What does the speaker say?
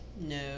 no